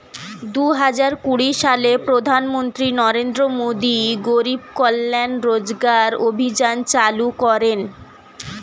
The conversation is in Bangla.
দুহাজার কুড়ি সালে প্রধানমন্ত্রী নরেন্দ্র মোদী গরিব কল্যাণ রোজগার অভিযান চালু করেন